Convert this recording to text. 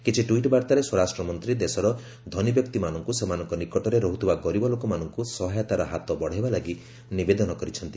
କିଛି ଟ୍ୱିଟ୍ ବାର୍ଭାରେ ସ୍ୱରାଷ୍ଟ୍ର ମନ୍ତ୍ରୀ ଦେଶର ଧନୀ ବ୍ୟକ୍ତିମାନଙ୍କୁ ସେମାନଙ୍କ ନିକଟରେ ରହୁଥିବା ଗରିବ ଲୋକମାନଙ୍କୁ ସହାୟତାର ହାତ ବଢ଼ାଇବା ଲାଗି ନିବେଦନ କରିଛନ୍ତି